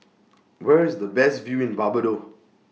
Where IS The Best View in Barbados